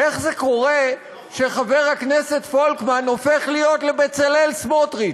איך זה קורה שחבר הכנסת פולקמן הופך להיות בצלאל סמוטריץ?